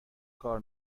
کار